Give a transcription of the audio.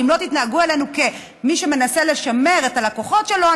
או אם לא תתנהגו אלינו כמי שמנסה לשמר את הלקוחות שלו,